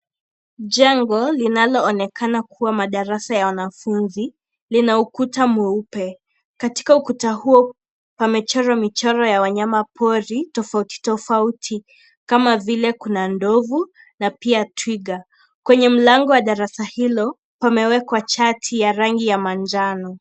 Jengo linaloonekana kuwa madarasa ya wanafunzi lina ukuta mweupe. Katika ukuta huo, pamechorwa michoro ya wanyama pori tofauti tofauti, kama vile kuna ndovu na pia twiga. Kwenye mlango wa darasa hilo, pamewekwa chati ya rangi ya manjano.